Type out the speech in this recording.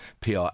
PR